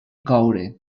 coure